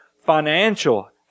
financial